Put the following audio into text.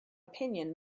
opinion